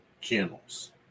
channels